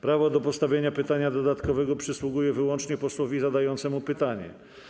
Prawo do postawienia pytania dodatkowego przysługuje wyłącznie posłowi zadającemu pytanie.